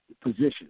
position